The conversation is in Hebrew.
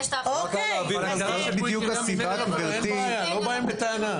אין בעיה, לא באים בטענה.